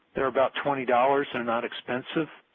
they are about twenty dollars and not expensive.